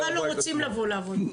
הם בכלל לא רוצים לבוא לעבוד.